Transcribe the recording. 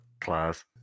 Class